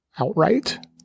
outright